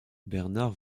bernard